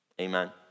Amen